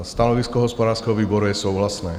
Stanovisko hospodářského výboru je souhlasné.